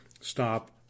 Stop